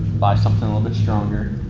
buy something a little bit stronger.